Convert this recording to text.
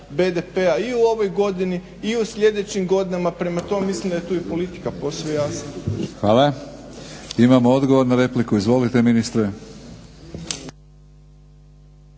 BDP-a i u ovoj godini i u sljedećim godinama. Prema tome, mislim da je tu i politika posve jasna. **Batinić, Milorad (HNS)** Hvala. Imamo odgovor na repliku. Izvolite ministre.